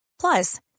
Plus